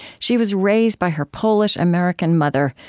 she was raised by her polish-american mother,